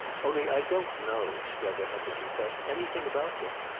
only i don't know, strether had to confess, anything about them.